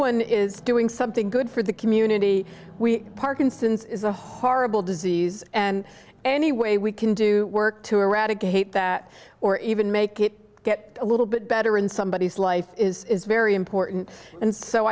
one is doing something good for the community we parkinson's is a horrible disease and any way we can do work to eradicate that or even make it get a little bit better in somebodies life is very important and so